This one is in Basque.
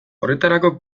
horretarako